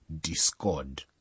discord